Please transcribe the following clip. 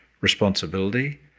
responsibility